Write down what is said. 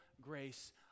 grace